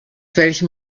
welchem